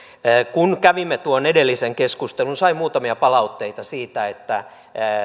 kun kävimme tuon edellisen keskustelun sain muutamia palautteita siitä että